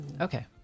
Okay